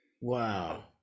Wow